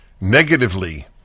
negatively